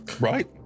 right